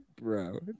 bro